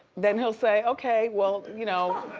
then he'll say okay well, you know,